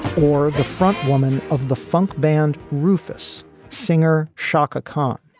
or the frontwoman of the funk band rufus singer chaka khan,